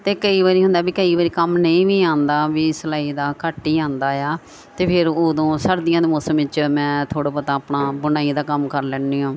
ਅਤੇ ਕਈ ਵਾਰੀ ਹੁੰਦਾ ਵੀ ਕਈ ਵਾਰੀ ਕੰਮ ਨਹੀਂ ਵੀ ਆਉਂਦਾ ਵੀ ਸਿਲਾਈ ਦਾ ਘੱਟ ਹੀ ਆਉਂਦਾ ਆ ਅਤੇ ਫਿਰ ਉਦੋਂ ਸਰਦੀਆਂ ਦੇ ਮੌਸਮ ਵਿੱਚ ਮੈਂ ਥੋੜ੍ਹਾ ਬਹੁਤ ਆਪਣਾ ਬੁਣਾਈ ਦਾ ਕੰਮ ਕਰ ਲੈਂਦੀ ਹਾਂ